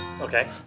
Okay